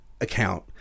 account